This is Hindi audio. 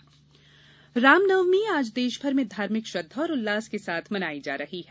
रामनवमी रामनवमी आज देशभर में धार्मिक श्रद्धा और उल्लास के साथ मनाई जा रही है